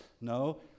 no